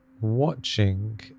watching